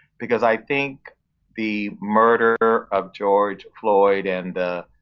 because i think the murder of george floyd, and the